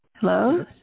hello